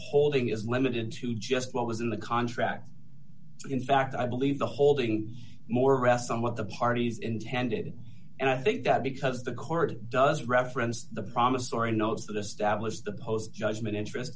holding is limited to just what was in the contract in fact i believe the holding more rests on what the parties intended and i think that because the court does reference the promissory notes to the stablish the post judgment interest